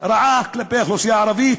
רעה כלפי האוכלוסייה הערבית.